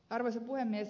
arvoisa puhemies